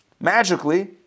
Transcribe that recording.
Magically